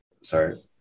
Sorry